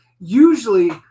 usually